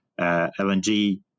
LNG